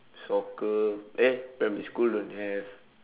soccer eh primary school don't have